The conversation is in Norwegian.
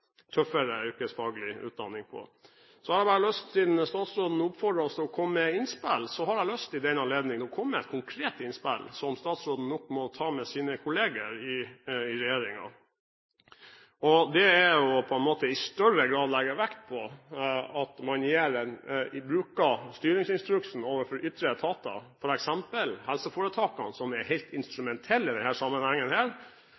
komme med innspill, har jeg i den anledning lyst til å komme med et konkret innspill som statsråden nok må ta opp med sine kollegaer i regjeringen, og det er i større grad å legge vekt på at man bruker styringsinstruksen overfor ytre etater, f.eks. helseforetakene, som er helt